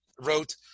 wrote